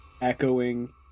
Echoing